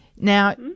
Now